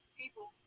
people